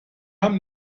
haben